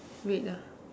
wait ah